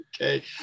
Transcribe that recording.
Okay